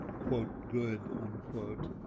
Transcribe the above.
quote, good, unquote.